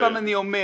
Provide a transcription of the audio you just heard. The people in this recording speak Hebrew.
עוד פעם אני אומר,